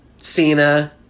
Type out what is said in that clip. Cena